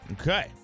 Okay